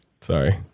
Sorry